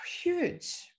huge